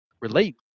relate